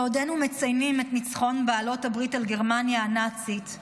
בעודנו מציינים את ניצחון בעלות הברית על גרמניה הנאצית,